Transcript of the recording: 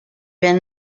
have